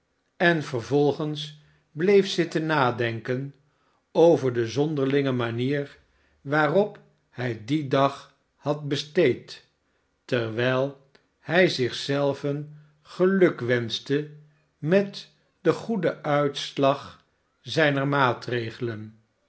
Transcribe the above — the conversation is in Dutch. en vervolgens bleef zitten nadenken over de zonderlinge manier waarop hij dien dag had besteed terwijl hij zich zelven geluk wenschte met den goeden uitslag zijner maatregelen